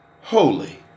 holy